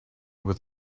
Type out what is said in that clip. with